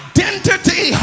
identity